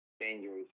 dangerous